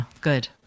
good